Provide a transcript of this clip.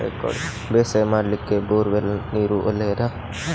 ಬೇಸಾಯ ಮಾಡ್ಲಿಕ್ಕೆ bore well ನೀರು ಒಳ್ಳೆಯದಾ?